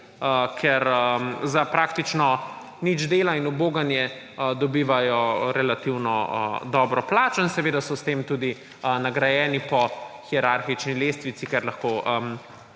ker za praktično nič dela in uboganje dobivajo relativno dobro plačo in seveda so s tem tudi nagrajeni po hierarhični lestvici, ker lahko